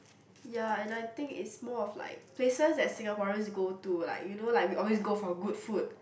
ya and I think it's more of like places that Singaporeans go to like you know like we always go for good food